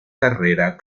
carrera